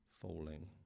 falling